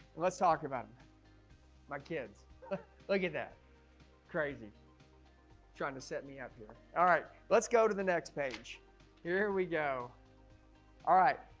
let's talk about it my kids look at that crazy trying to set me up here. yeah all right, let's go to the next page here. here we go all right